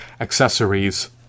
accessories